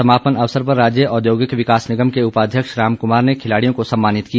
समापन अवसर पर राज्य औद्योगिक विकास निगम के उपाध्यक्ष राम कुमार ने खिलाड़ियों को सम्मानित किया